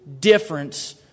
difference